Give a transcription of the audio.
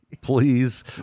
Please